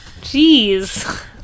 Jeez